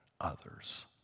others